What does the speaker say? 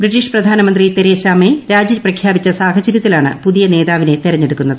British പ്രധാനമന്ത്രി Theresa May രാജി പ്രഖ്യാപിച്ച സ ഹാചര്യത്തിലാണ് പുതിയ നേതാവിനെ തെരഞ്ഞെടുക്കുന്നത്